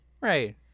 right